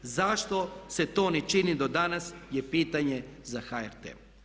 Zašto se to ne čini do danas je pitanje za HRT.